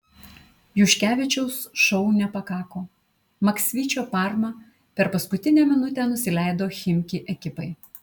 juškevičiaus šou nepakako maksvyčio parma per paskutinę minutę nusileido chimki ekipai